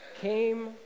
came